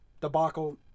debacle